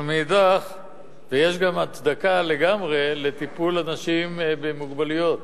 אבל מאידך יש גם הצדקה לגמרי לטיפול באנשים עם מוגבלויות,